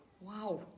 wow